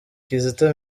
kizito